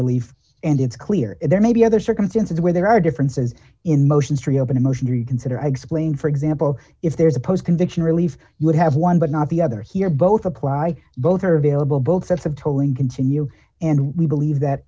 relief and it's clear there may be other circumstances where there are differences in motions to reopen a motion to reconsider i explained for example if there's a post conviction relief you would have one but not the other here both apply both are available both sets of tolling continue and we believe that